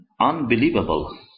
unbelievable